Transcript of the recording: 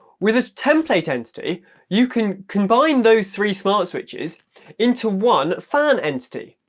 with a template entity you can combine those three smart switches into one fan entity.